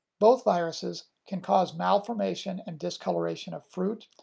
both viruses can cause malformation and discoloration of fruit,